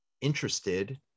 interested